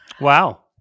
Wow